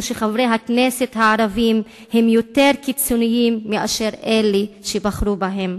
שחברי הכנסת הערבים הם יותר קיצוניים מאשר אלה שבחרו בהם.